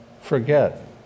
forget